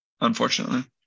unfortunately